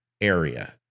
area